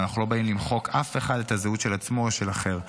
אנחנו לא באים למחוק לאף אחד את הזהות של עצמו או של אחר,